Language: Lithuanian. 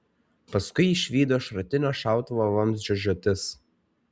paskui išvydo šratinio šautuvo vamzdžio žiotis